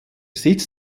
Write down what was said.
sitz